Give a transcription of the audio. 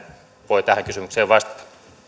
voi tähän kysymykseen vastata